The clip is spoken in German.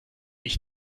ich